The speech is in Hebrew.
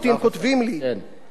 הוא אומר: אני עומד להתגייס לצה"ל.